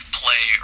play